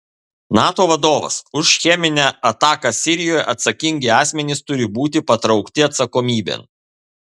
nato vadovas už cheminę ataką sirijoje atsakingi asmenys turi būti patraukti atsakomybėn